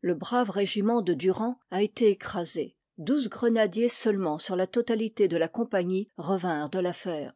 le brave régiment de durand a été écrasé douze grenadiers seulement sur la totalité de la compagnie revinrent de